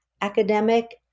academic